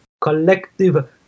collective